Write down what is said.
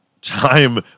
time